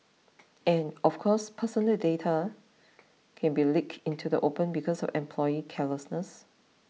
and of course personal data can be leaked into the open because of employee carelessness